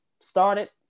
started